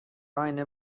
آینه